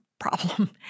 problem